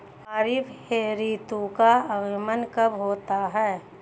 खरीफ ऋतु का आगमन कब होता है?